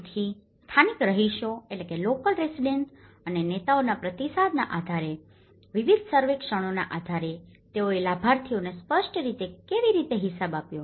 તેથી સ્થાનિક રહીશો અને નેતાઓના પ્રતિસાદના આધારે વિવિધ સર્વેક્ષણોના આધારે તેઓએ લાભાર્થીઓને સ્પષ્ટ રીતે કેવી રીતે હિસાબ આપ્યો